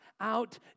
out